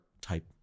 type